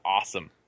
awesome